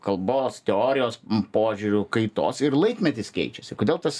kalbos teorijos požiūriu kaitos ir laikmetis keičiasi kodėl tas